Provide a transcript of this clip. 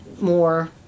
more